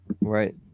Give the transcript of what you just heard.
Right